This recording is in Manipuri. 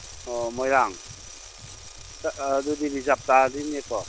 ꯑꯣ ꯃꯣꯏꯔꯥꯡ ꯑꯗꯨꯗꯤ ꯔꯤꯖꯥꯞ ꯇꯥꯔꯅꯤꯅꯦꯀꯣ